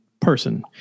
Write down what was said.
person